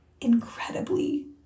incredibly